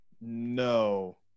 no